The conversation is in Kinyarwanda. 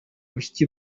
bashiki